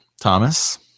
Thomas